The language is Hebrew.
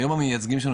היום המייצגים שלנו,